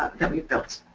that we built.